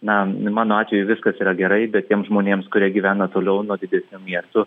na mano atveju viskas yra gerai bet tiems žmonėms kurie gyvena toliau nuo didesnių miestų